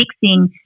fixing